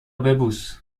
ببوس